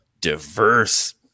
diverse